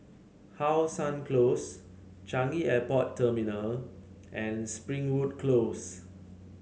How Sun Close Changi Airport Terminal and Springwood Close